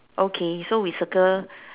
okay so we circle